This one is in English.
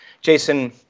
Jason